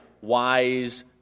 wise